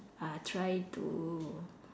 uh try too